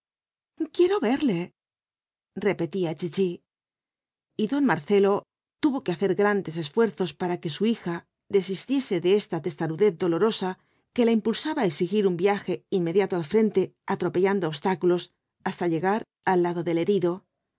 quiero verle repetía chichi y don marcelo tuvo que hacer grandes esfuerzos para que su hija desistiese de esta testarudez dolorosa que la impulsaba á exigir un viaje inmediato al frente atropellando obstáculos hasta llegar al lado del herido